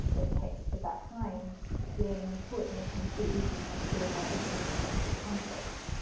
a text of that kind being put in a completely different philosophical and intellectual context.